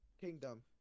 kingdom